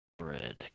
Red